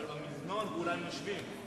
אבל במזנון כולם יושבים.